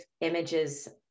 images